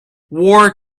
war